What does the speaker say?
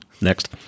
Next